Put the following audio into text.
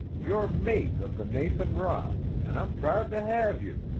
you're mate of the nathan ross and i'm proud to have you.